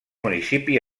municipi